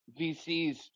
VCs